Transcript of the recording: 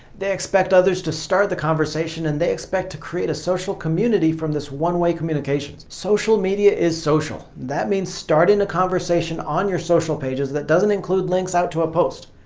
they expect others to start the conversation and they expect to create a social community from this one-way communication. social media is social. that means starting a conversation on your social pages that doesn't include links out to a post.